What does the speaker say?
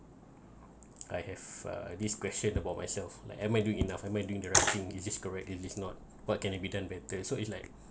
I have uh this question about myself like am I doing enough am I doing the right thing is this correct it this not what can it be done better so it's like